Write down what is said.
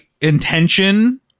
intention